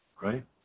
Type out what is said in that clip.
right